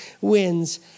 wins